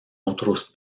otros